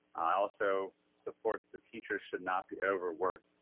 i also support the teachers should not be overworked.